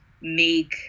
make